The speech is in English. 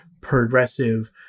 progressive